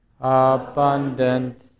abundant